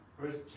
first